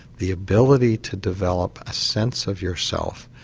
the ability to develop a sense of yourself,